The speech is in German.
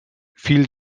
fiel